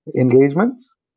engagements